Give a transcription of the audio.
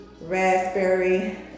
raspberry